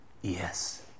Yes